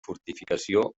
fortificació